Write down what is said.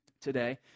today